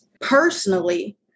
personally